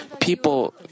people